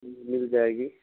مل جائے گی